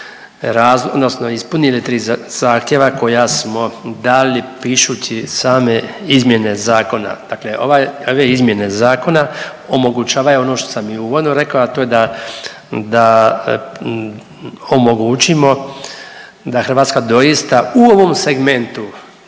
odnosno ispunili tri zahtjeva koja smo dali pišući same izmjene zakona. Dakle, ove izmjene zakona omogućavaju ono što sam i uvodno rekao, a to je da omogućimo da Hrvatska doista u ovom segmentu